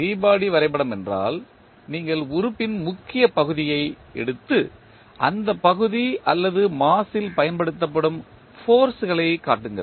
free body வரைபடம் என்றால் நீங்கள் உறுப்பின் முக்கிய பகுதியை எடுத்து அந்த பகுதி அல்லது மாஸ் ல் பயன்படுத்தப்படும் ஃபோர்ஸ் களைக் காட்டுங்கள்